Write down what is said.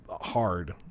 hard